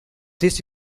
this